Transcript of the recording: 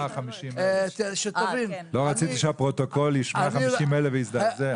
רציתי שהפרוטוקול ישמע 50,000 ויזדעזע.